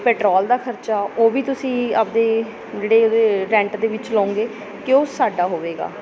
petrol ਦਾ ਖਰਚਾ ਉਹ ਵੀ ਤੁਸੀਂ ਆਪਦੇ ਜਿਹੜੇ ਉਹਦੇ ਰੈਂਟ ਦੇ ਵਿੱਚ ਲਉਗੇ ਕਿ ਉਹ ਸਾਡਾ ਹੋਵੇਗਾ